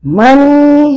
money